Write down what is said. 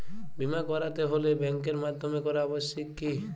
বিমা করাতে হলে ব্যাঙ্কের মাধ্যমে করা আবশ্যিক কি?